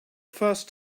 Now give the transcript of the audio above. first